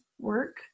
work